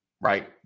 right